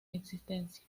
existencia